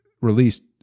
released